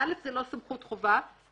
אני צריך לתבוע אותו בבית הדין.